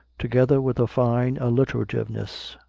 together with a fine alliterativeness,